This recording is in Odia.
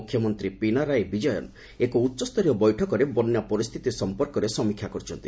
ମୁଖ୍ୟମନ୍ତ୍ରୀ ପିନାରାୟି ବିଜୟନ୍ ଏକ ଉଚ୍ଚସ୍ତରୀୟ ବୈଠକରେ ବନ୍ୟା ପରିସ୍ଥିତି ସମ୍ପର୍କରେ ସମୀକ୍ଷା କରିଛନ୍ତି